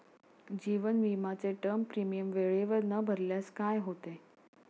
जीवन विमाचे term premium वेळेवर न भरल्यास काय होते?